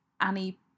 Annie